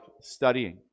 studying